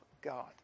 God